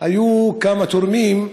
היו כמה תורמים,